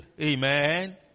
Amen